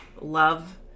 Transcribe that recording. love